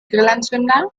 grillanzünder